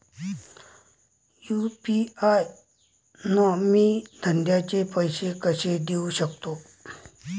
UPI न मी धंद्याचे पैसे कसे देऊ सकतो?